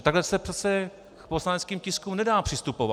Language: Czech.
Takhle se přece k poslaneckým tiskům nedá přistupovat.